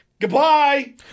Goodbye